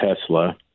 Tesla